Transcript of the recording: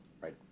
right